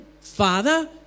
Father